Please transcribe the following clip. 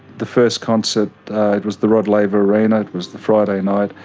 the first concert it was the rod laver arena, it was the friday night,